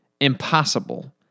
Impossible